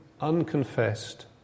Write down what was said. unconfessed